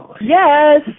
Yes